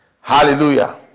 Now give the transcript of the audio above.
Hallelujah